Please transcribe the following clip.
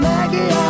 Maggie